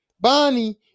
Bonnie